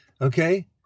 Okay